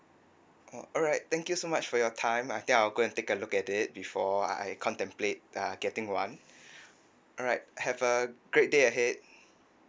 oh alright thank you so much for your time I think I'll go and take a look at it before I I contemplate uh getting one alright have a great day ahead